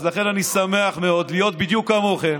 אז לכן אני שמח מאוד להיות בדיוק כמוכם,